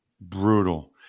Brutal